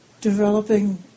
developing